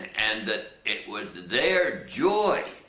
and that it was their joy